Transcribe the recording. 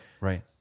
right